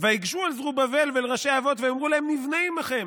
ויגשו אל זרבבל ואל ראשי האבות ויאמרו להם: נבנה עמכם,